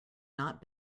not